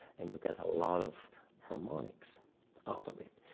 and you get a lot of harmonics out of it.